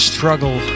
Struggle